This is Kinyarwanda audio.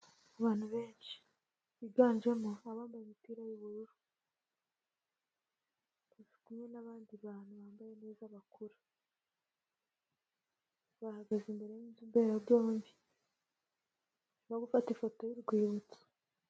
Abantu benshi biganjemo abambaye imipira y'ubururu bari kumwe n'abantu bambaye neza bakuru, bahagaze imbere y'inzu mberabyombi, barimo ifoto y'urwibutso.